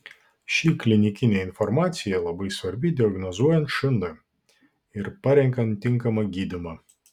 ši klinikinė informacija labai svarbi diagnozuojant šn ir parenkant tinkamą gydymą